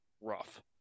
rough